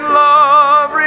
love